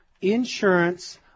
insurance